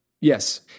Yes